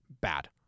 bad